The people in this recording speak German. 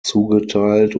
zugeteilt